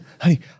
Honey